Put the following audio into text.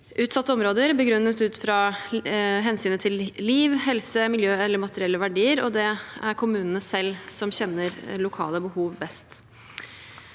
utsatte områder, begrunnet ut fra hensynet til liv, helse, miljø eller materielle verdier. Det er kommunene selv som kjenner lokale behov best.